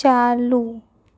ચાલુ